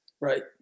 Right